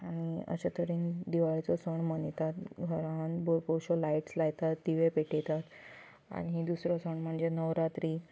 आनी अशेतरेन दिवाळीचो सण मनयतात घरान अश्यो लायट्स लायतात दिवे पेटयतात आनी दुसरो सण म्हणजे नवरात्री